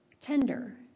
tender